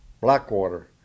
Blackwater